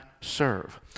serve